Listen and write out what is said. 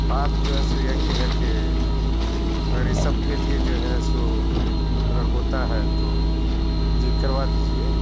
بات جو ہے سو یہی ہے کہ اگر اس سب کے لیے جو ہے سو اگر ہوتا ہے تو جی کروا دیجیے